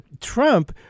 Trump